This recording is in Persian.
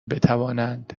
بتوانند